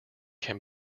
can